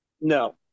No